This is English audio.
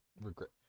regret